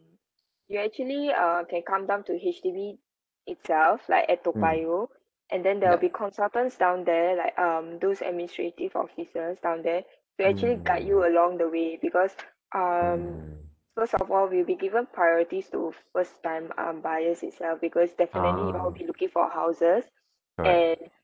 you actually uh can come down to H_D_B itself like at toa payoh and then there'll be consultants down there like um those administrative officers down there will actually guide you along the way because um first of all we'll be given priorities to first time um buyers itself because definitely you all be looking for houses and